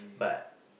but